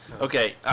Okay